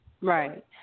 right